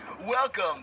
Welcome